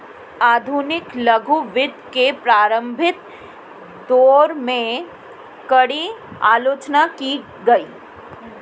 आधुनिक लघु वित्त के प्रारंभिक दौर में, कड़ी आलोचना की गई